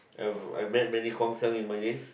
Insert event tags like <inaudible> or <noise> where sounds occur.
I <noise> I met many Guang-Xiang in my days